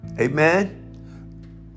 Amen